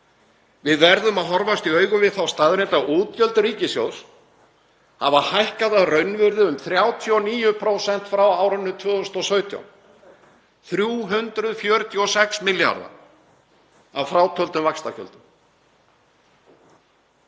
Við verðum að horfast í augu við þá staðreynd að útgjöld ríkissjóðs hafa hækkað að raunvirði um 39% frá árinu 2017, 346 milljarða að frátöldum vaxtagjöldum.